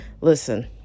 Listen